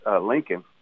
Lincoln